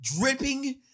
dripping